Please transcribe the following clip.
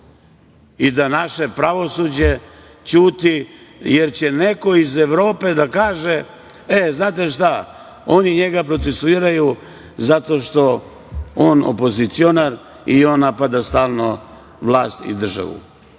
i da naše pravosuđe ćuti jer će neko iz Evrope da kaže – e, znate šta, oni njega procesuiraju zato što je on opozicionar i on napada stalno vlast i državu. Nemamo